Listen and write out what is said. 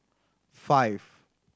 five